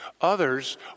Others